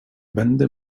będę